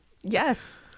Yes